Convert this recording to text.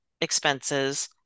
expenses